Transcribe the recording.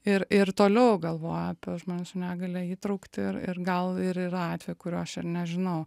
ir ir toliau galvoja apie žmonių su negalia įtrauktį ir ir gal ir yra atvejų kurių aš nežinau